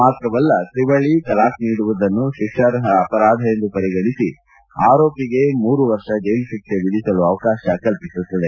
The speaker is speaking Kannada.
ಮಾತ್ರವಲ್ಲ ತ್ರಿವಳಿ ತಲಾಖ್ ನೀಡುವುದನ್ನು ಶಿಕ್ಷಾರ್ಹ ಅಪರಾಧ ಎಂದು ಪರಿಗಣಿಸಿ ಆರೋಪಿಗೆ ಮೂರು ವರ್ಷ ಜೈಲು ಶಿಕ್ಷೆ ವಿಧಿಸಲು ಅವಕಾಶ ಕಲ್ಪಿಸುತ್ತದೆ